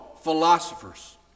philosophers